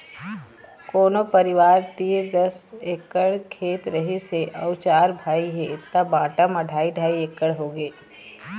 कोनो परिवार तीर दस एकड़ खेत रहिस हे अउ चार भाई हे त बांटा म ढ़ाई ढ़ाई एकड़ होगे